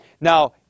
Now